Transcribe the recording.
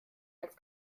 als